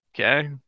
Okay